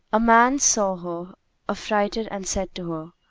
a man saw her affrighted and said to her,